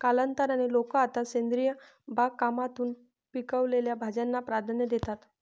कालांतराने, लोक आता सेंद्रिय बागकामातून पिकवलेल्या भाज्यांना प्राधान्य देतात